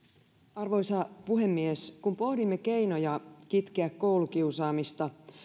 arvoisa puhemies kun pohdimme keinoja kitkeä koulukiusaamista